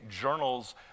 journals